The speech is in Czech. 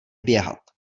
běhat